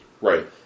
Right